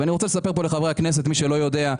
אני רוצה לספר פה לחברי הכנסת, מי שלא יודע,